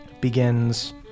begins